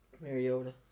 Mariota